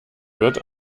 wird